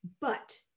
But-